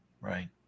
right